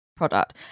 Product